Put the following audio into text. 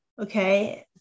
okay